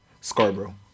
Scarborough